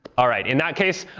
all right. in that case,